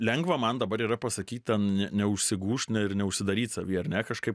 lengva man dabar yra pasakyt ten ne neužsigūšk ne ir neužsidaryt savyje ar ne kažkaip